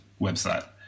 website